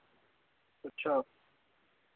अच्छा